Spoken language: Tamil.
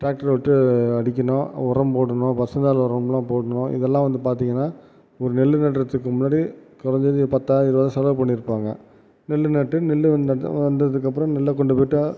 டிராக்டரு விட்டு அடிக்கணும் உரம் போடணும் பசுந்தாள் உரமெலாம் போடணும் இதெலாம் வந்து பார்த்திங்கனா ஒரு நெல்லு நடுகிறத்துக்கு முன்னாடி குறஞ்சது ஒரு பத்தாயிரம் இருபதாயிரம் செலவு பண்ணியிருப்பாங்க நெல்லு நட்டு நெல்லு வந்த வந்ததுக்கப்புறம் நெல்ல கொண்டி போட்டால்